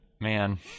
Man